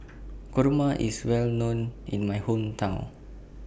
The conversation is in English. Kurma IS Well known in My Hometown